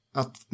att